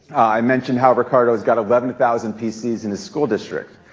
i mentioned how ricardo's got eleven thousand pcs in his school district.